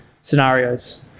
scenarios